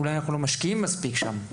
אולי אנחנו לא משקיעים מספיק שם,